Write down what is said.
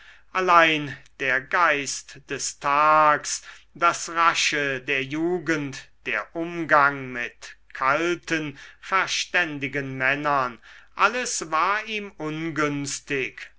allein der geist des tags das rasche der jugend der umgang mit kalten verständigen männern alles war ihm ungünstig